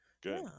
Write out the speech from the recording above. good